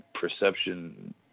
perception